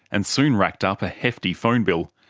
and soon racked up a hefty phone bill.